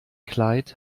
kleid